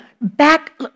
back